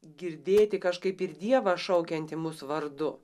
girdėti kažkaip ir dievą šaukiantį mus vardu